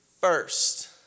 first